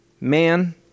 Man